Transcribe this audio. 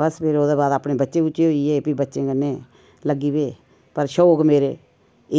बस फ्ही ओह्दे बाद अपने बच्चे बूच्चे होई गे फ्ही बच्चे कन्नै लगी पे पर शौक मेरे